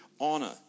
honor